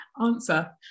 answer